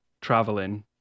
traveling